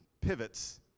pivots